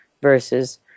versus